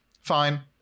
fine